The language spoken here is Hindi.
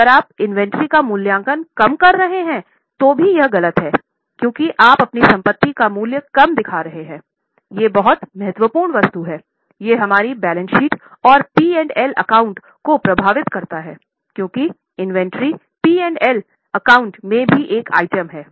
अगर आप इन्वेंट्री का मूल्यांकन कम कर रहे हैं तो भी यह गलत है क्योंकि आप अपनी संपत्ति का मूल्य कम दिखा रहे हैं यह बहुत महत्वपूर्ण वस्तु है यह हमारी बैलेंस शीट ओर P और L खाते को प्रभावित करता है क्योंकि इन्वेंट्री पी और एल में भी एक आइटम है